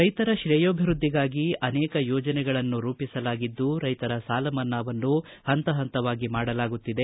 ರೈತರ ತ್ರೇಯೋಭಿವೃದ್ಧಿಗಾಗಿ ಅನೇಕ ಯೋಜನೆಗಳನ್ನು ರೂಪಿಸಲಾಗಿದ್ದು ರೈತರ ಸಾಲಮನ್ನಾವನ್ನು ಹಂತ ಹಂತವಾಗಿ ಮಾಡಲಾಗುತ್ತಿದೆ